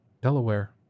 Delaware